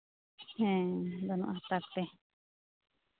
ᱦᱮᱸ ᱜᱟᱱᱚᱜᱼᱟ ᱛᱟᱠ ᱛᱮ